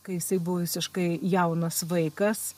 kai jisai buvo visiškai jaunas vaikas